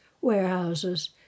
warehouses